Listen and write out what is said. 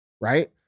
right